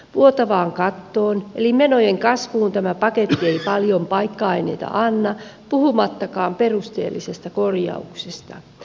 vuotavaan kattoon eli menojen kasvuun tämä paketti ei paljon paikka aineita anna puhumattakaan perusteellisesta korjauksesta